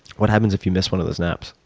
what happens if you miss one of those naps?